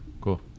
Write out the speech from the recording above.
cool